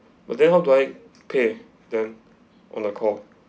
but then how do like pay them on the call